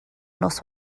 nos